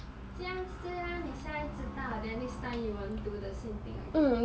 这样这样你现在知道了 then next time you won't do the same thing again